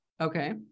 Okay